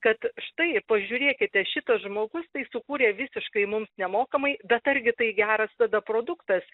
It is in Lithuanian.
kad štai pažiūrėkite šitas žmogus tai sukūrė visiškai mums nemokamai bet argi tai geras tada produktas